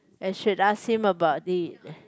as should ask him about it